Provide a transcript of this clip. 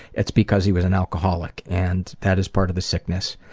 it's because he was an alcoholic, and that is part of the sickness.